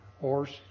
horse